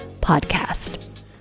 Podcast